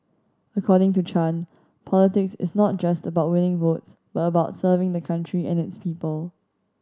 according to Chan politics is not just about winning votes but about serving the country and its people